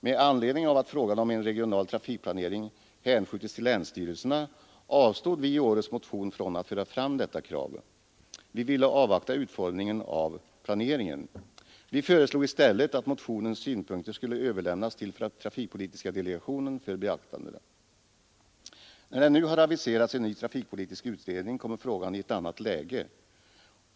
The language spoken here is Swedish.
Med anledning av att frågan om en regional trafikplanering hänskjutits till länsstyrelserna avstod vi i årets motion från att föra fram detta krav. Vi ville avvakta utformningen av planeringen. Vi föreslog i stället att motionens synpunkter skulle överlämnas till trafikpolitiska delegationen för beaktande. När nu en ny trafikpolitisk utredning har aviserats, kommer frågan i ett annat läge.